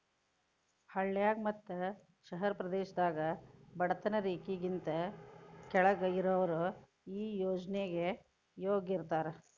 ಹಳ್ಳಾಗ ಮತ್ತ ಶಹರ ಪ್ರದೇಶದಾಗ ಬಡತನ ರೇಖೆಗಿಂತ ಕೆಳ್ಗ್ ಇರಾವ್ರು ಈ ಯೋಜ್ನೆಗೆ ಯೋಗ್ಯ ಇರ್ತಾರ